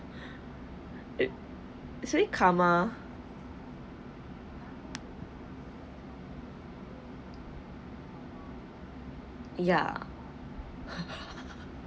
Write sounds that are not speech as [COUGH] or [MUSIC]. it it's really karma ya [LAUGHS]